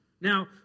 Now